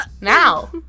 now